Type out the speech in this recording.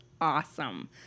awesome